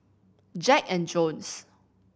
Jack and Jones